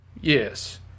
Yes